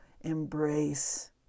embrace